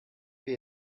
will